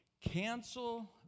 Cancel